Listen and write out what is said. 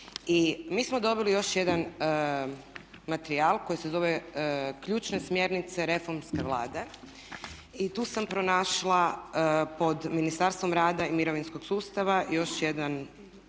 mi smo dobili još jedan materijal koji se zove "Ključne smjernice reformske vlade" i tu sam pronašla pod Ministarstvom rada i mirovinskog sustava još jednu točku